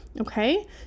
okay